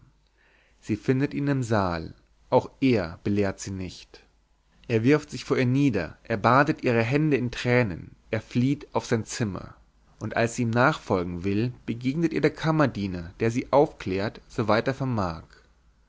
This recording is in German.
sie findet ihn im saal auch er belehrt sie nicht er wirft sich vor ihr nieder er badet ihre hände in tränen er flieht auf sein zimmer und als sie ihm nachfolgen will begegnet ihr der kammerdiener der sie aufklärt soweit er vermag